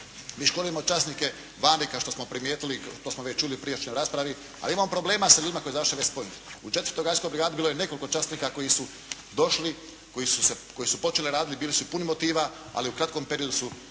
se ne razumije./… što smo primijetili, to smo već čuli u prijašnjoj raspravi, ali imamo problema koji završe …/Govornik se ne razumije./… U četvrtoj gardijskoj brigati bilo je nekoliko časnika koji su došli, koji su počeli raditi i bili su puni motiva, ali u kratkom periodu su